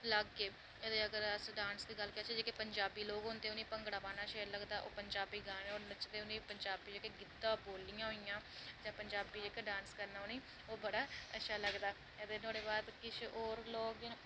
अलग ऐ ते अगर अस डांस दी गल्ल करचै जेह्के पंजाबी होंदे उनेंगी भांगड़ा पाना शैल लगदा ओह् पंजाबी गानें पर नच्चदे ओह् गिद्दा बोल्लियां होइयां ते पंजाबी जेह्का डांस करना उनेंगी ओह् बड़ा अच्छा लगदा ते किश होर लोग न